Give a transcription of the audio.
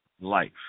life